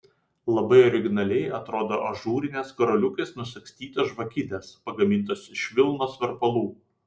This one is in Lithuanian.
labai originaliai atrodo ažūrinės karoliukais nusagstytos žvakidės pagamintos iš vilnos verpalų